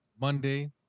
Monday